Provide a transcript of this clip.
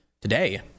Today